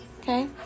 okay